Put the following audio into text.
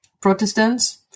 Protestants